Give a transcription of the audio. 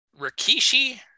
Rikishi